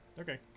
Okay